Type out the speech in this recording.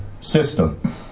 system